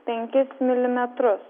penkis milimetrus